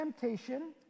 temptation